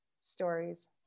stories